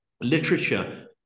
literature